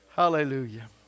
Hallelujah